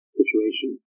situation